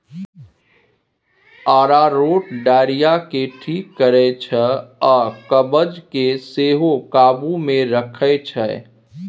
अरारोट diarrhoea केँ ठीक करै छै आ कब्ज केँ सेहो काबु मे रखै छै